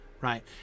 right